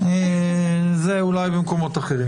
אלה הצעות חוק מאוחדות.